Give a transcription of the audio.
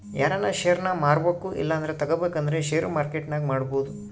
ಯಾರನ ಷೇರ್ನ ಮಾರ್ಬಕು ಇಲ್ಲಂದ್ರ ತಗಬೇಕಂದ್ರ ಷೇರು ಮಾರ್ಕೆಟ್ನಾಗ ಮಾಡ್ಬೋದು